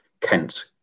Kent